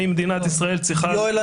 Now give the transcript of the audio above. האם מדינת ישראל צריכה --- יואל,